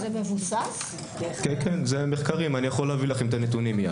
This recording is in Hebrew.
זה ממחקרים, אני יכול להביא לכם את הנתונים.